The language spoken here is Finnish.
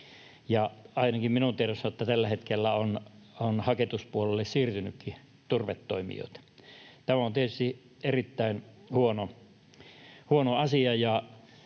Ainakin minun tiedossani on, että tällä hetkellä on haketuspuolelle siirtynytkin turvetoimijoita. Tämä on tietysti erittäin huono asia,